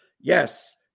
yes